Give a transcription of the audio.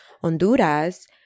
Honduras